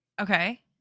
Okay